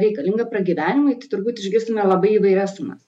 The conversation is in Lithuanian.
reikalinga pragyvenimui tai turbūt išgirstume labai įvairias sumas